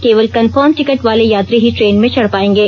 केवल confirm ticket वाले यात्री ही ट्रेन में चढ़ पाएंगे